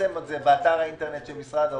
יפרסם את זה באתר האינטרנט של משרד האוצר.